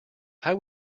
how